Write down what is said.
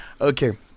Okay